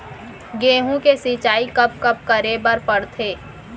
गेहूँ के सिंचाई कब कब करे बर पड़थे?